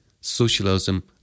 socialism